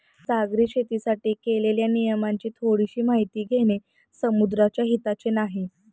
सागरी शेतीसाठी केलेल्या नियमांची थोडीशी माहिती घेणे समुद्राच्या हिताचे नाही